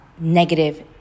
negative